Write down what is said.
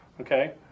Okay